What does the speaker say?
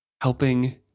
Helping